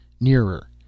nearer